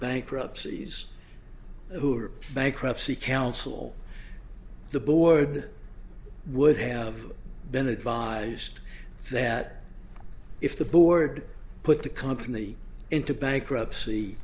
bankruptcy's who are bankruptcy counsel the board would have been advised that if the board put the company into bankruptcy